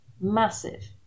Massive